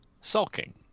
sulking